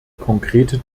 konkrete